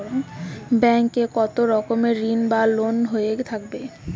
Bank এ কত রকমের ঋণ বা লোন হয়ে থাকে?